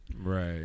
right